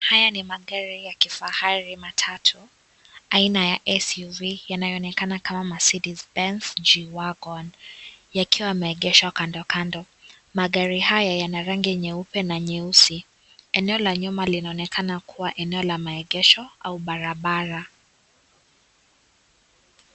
Magari ya kifahari matatu ya aina ya SUV yanayoonekana kama Mercedes Benz G-wagon yakiwa yameegeshwa kandokando . Magari haya yana rangi nyeupe na nyeusi . Eneo la nyuma linaonekana kuwa eneo la maegesho au barabara.